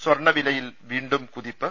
സ്വർണവിലയിൽ വീണ്ടും കുതിപ്പ്